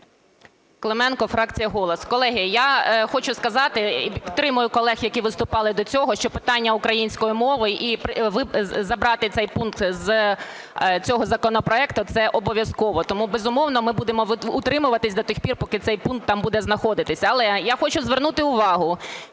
Клименко, фракція "Голос". Колеги, я хочу сказати і підтримую колег, які виступали до цього, що питання української мови, забрати цей пункт з цього законопроекту – це обов'язково. Тому, безумовно, ми будемо утримуватись до тих пір, поки цей пункт там буде знаходитись. Але я хочу звернути увагу,